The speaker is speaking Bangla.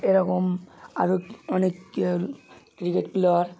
এরকম আরো অনেক ক্রিকেট প্লেয়ার